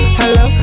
hello